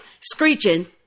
screeching